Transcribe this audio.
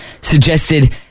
suggested